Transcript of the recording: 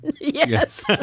Yes